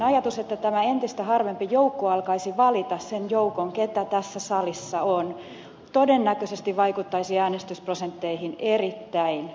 ajatus että tämä entistä harvempi joukko alkaisi valita sen joukon keitä tässä salissa on todennäköisesti vaikuttaisi äänestysprosentteihin erittäin väärään suuntaan